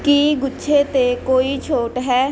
ਕੀ ਗੁੱਛੇ 'ਤੇ ਕੋਈ ਛੋਟ ਹੈ